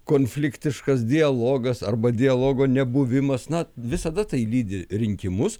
konfliktiškas dialogas arba dialogo nebuvimas na visada tai lydi rinkimus